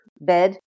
bed